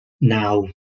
now